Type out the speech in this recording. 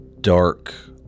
dark